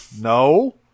No